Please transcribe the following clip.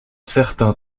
certain